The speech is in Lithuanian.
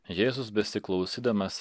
jėzus besiklausydamas